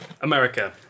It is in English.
America